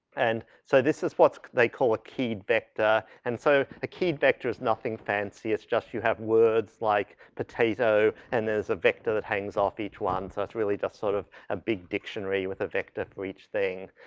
and, so this is what they call a keyed vector. and so, the keyed vector is nothing fancy. it's just you have words like potato and there's a vector that hangs off each one. so it's really just sort of a big dictionary with a vector for each thing.